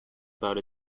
about